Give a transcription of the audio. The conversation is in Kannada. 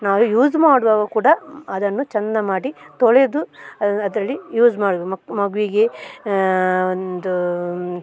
ನಾವು ಯೂಸ್ ಮಾಡುವಾಗ ಕೂಡ ಅದನ್ನು ಚಂದ ಮಾಡಿ ತೊಳೆದು ಅದರಲ್ಲಿ ಯೂಸ್ ಮಾಡುವುದು ಮಗುವಿಗೆ ಒಂದು